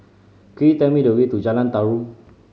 could you tell me the way to Jalan Tarum